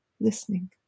listening